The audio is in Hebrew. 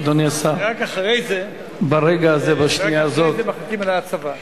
רק אחרי זה מחליטים על ההצבה.